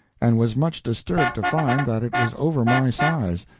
and was much disturbed to find that it was over my size,